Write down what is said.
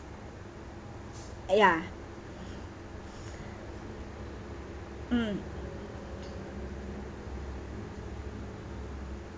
ya mm